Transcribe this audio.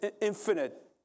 infinite